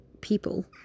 people